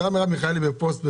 השרה מרב מיכאלי בפוסט בפייסבוק: